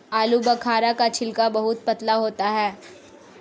आलूबुखारा का छिलका बहुत पतला होता है